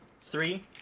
three